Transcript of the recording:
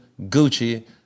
Gucci